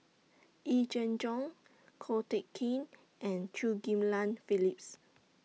Yee Jenn Jong Ko Teck Kin and Chew Ghim Lian Phillips